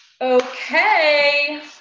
Okay